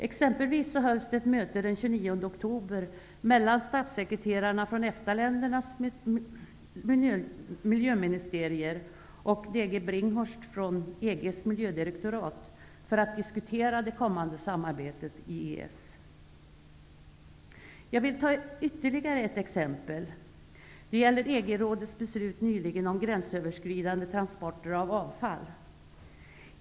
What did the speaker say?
Exempelvis hölls det ett möte den 29 oktober mellan statssekreterarna från EFTA-ländernas miljöministerier och D G Brinkhorst från EG:s miljödirektorat för att det kommande samarbetet i EES skulle diskuteras. Jag vill ta ytterligare ett exempel. Det gäller EG rådets beslut nyligen om gränsöverskridande transporter av avfall.